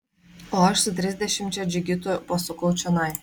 o aš su trisdešimčia džigitų pasukau čionai